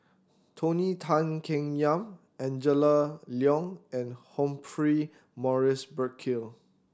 Tony Tan Keng Yam Angela Liong and Humphrey Morrison Burkill